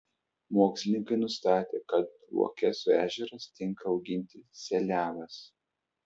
mokslininkai nustatė kad luokesų ežeras tinka auginti seliavas